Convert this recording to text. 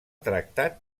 tractat